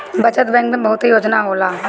बचत बैंक में बहुते योजना होला